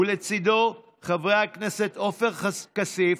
ולצידו חברי הכנסת עופר כסיף,